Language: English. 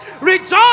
rejoice